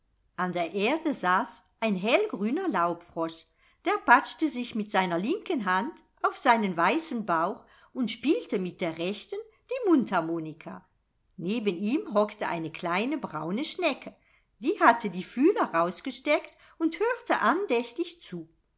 an der erde saß ein hellgrüner laubfrosch der patschte sich mit seiner linken hand auf seinen weißen bauch und spielte mit der rechten die mundharmonika neben ihm hockte eine kleine braune schnecke die hatte die fühler rausgesteckt und hörte andächtig zu